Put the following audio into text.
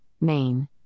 main